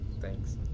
Thanks